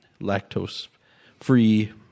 lactose-free